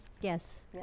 Yes